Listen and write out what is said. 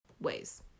ways